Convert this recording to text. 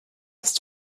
ist